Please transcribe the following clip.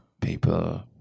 people